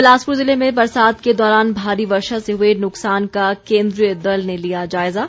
बिलासपुर ज़िले में बरसात के दौरान भारी वर्षा से हुए नुकसान का केंद्रीय दल ने लिया जायजा